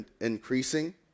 increasing